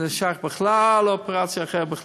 זה שייך בכלל לאופרציה אחרת.